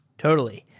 totally.